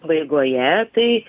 pabaigoje tai